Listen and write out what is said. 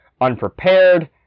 unprepared